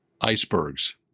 icebergs